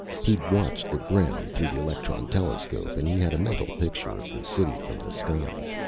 he'd watched the ground through the electron telescope and he had a mental picture of the city from the sky.